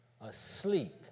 Asleep